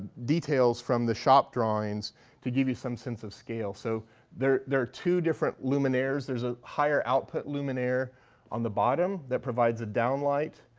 details from the shop drawings to give me some sense of scale. so there are two different luminaires. there's a higher output luminaire on the bottom that provides a down light.